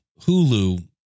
Hulu